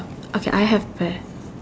I I have pear